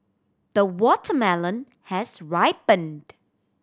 the watermelon has ripened